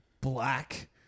black